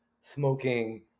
smoking